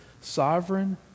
sovereign